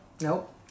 Nope